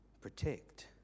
protect